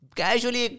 casually